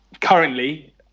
currently